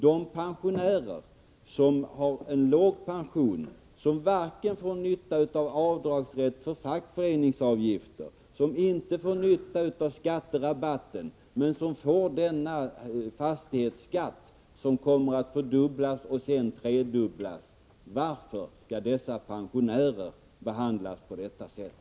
De pensionärer som har en låg pension och som varken får nytta av avdragsrätten för fackföreningsavgifter eller av skatterabatter kommer att drabbas av fastighetsskatten — som kommer att fördubblas och sedan tredubblas. Varför skall dessa pensionärer drabbas på detta sätt?